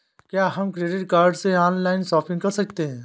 क्या हम credit card से ऑनलाइन शॉपिंग कर सकते हैं?